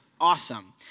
awesome